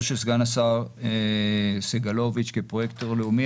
של סגן השר סגלוביץ' כפרויקטור לאומי,